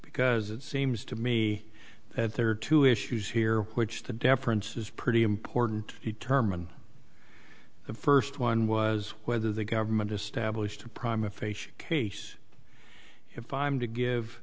because it seems to me at there are two issues here which the deference is pretty important determinant the first one was whether the government established a prime a face case if i'm to give